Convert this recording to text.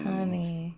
Honey